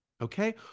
Okay